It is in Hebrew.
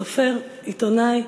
סופר, עיתונאי,